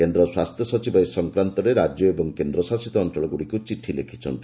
କେନ୍ଦ୍ର ସ୍ୱାସ୍ଥ୍ୟ ସଚିବ ଏ ସଂକ୍ରାନ୍ତରେ ରାଜ୍ୟ ଓ କେନ୍ଦ୍ରଶାସିତ ଅଞ୍ଚଳଗୁଡ଼ିକୁ ଚିଠି ଲେଖିଛନ୍ତି